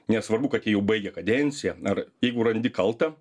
nesvarbu kad jie jau baigia kadenciją ar jeigu randi kaltą